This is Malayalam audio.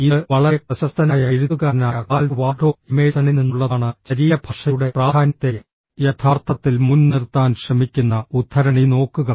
ഇത് വളരെ പ്രശസ്തനായ എഴുത്തുകാരനായ റാൽഫ് വാൾഡോ എമേഴ്സണിൽ നിന്നുള്ളതാണ് ശരീരഭാഷയുടെ പ്രാധാന്യത്തെ യഥാർത്ഥത്തിൽ മുൻനിർത്താൻ ശ്രമിക്കുന്ന ഉദ്ധരണി നോക്കുക